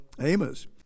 Amos